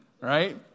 right